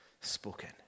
spoken